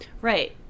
Right